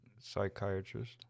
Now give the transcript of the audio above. Psychiatrist